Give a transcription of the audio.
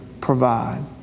provide